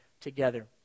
together